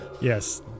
Yes